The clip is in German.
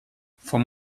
vom